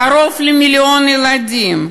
קרוב למיליון ילדים,